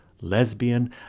lesbian